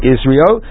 Israel